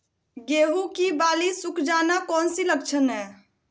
गेंहू की बाली सुख जाना कौन सी लक्षण है?